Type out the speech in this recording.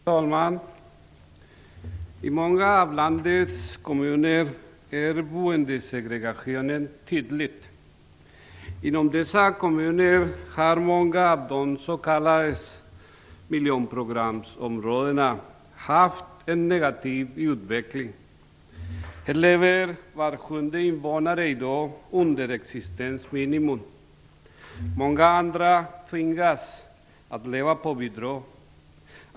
Herr talman! I många av landets kommuner är boendesegregationen tydlig. I dessa kommuner har många av de s.k. miljonprogramsområdena haft en negativ utveckling. Här lever var sjunde invånare i dag under existensminimum. Många andra tvingas leva på bidrag.